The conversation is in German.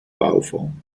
bauform